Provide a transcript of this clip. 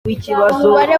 umubare